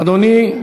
אדוני.